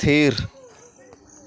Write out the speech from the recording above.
ᱛᱷᱤᱨ